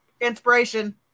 Inspiration